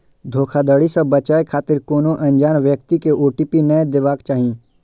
धोखाधड़ी सं बचै खातिर कोनो अनजान व्यक्ति कें ओ.टी.पी नै देबाक चाही